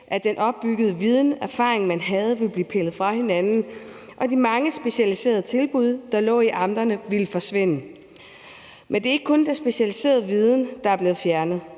at den opbyggede viden og erfaring, man havde, ville blive pillet fra hinaden, og at de mange specialiserede tilbud, der lå i amterne, ville forsvinde. Men det er ikke kun den specialiserede viden, der er blevet fjernet.